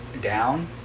down